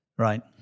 Right